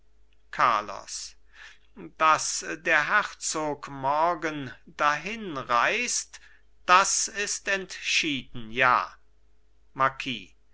carlos daß der herzog morgen dahin reist das ist entschieden ja marquis